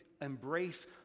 embrace